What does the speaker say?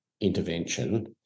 intervention